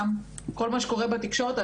זה גם כל מה שקורה בתקשורת.